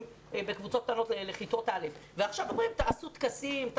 בקבוצות קטנות לכיתות א' ועכשיו אומרים תעשו טקסים.